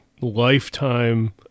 lifetime